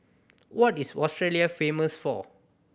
what is Australia famous for